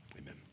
Amen